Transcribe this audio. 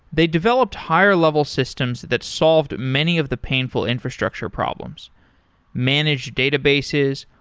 they developed higher level systems that solved many of the painful infrastructure problems managed databases,